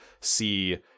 see